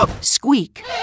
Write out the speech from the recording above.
squeak